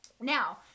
Now